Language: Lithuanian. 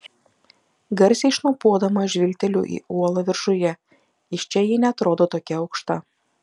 garsiai šnopuodama žvilgteliu į uolą viršuje iš čia ji neatrodo tokia aukšta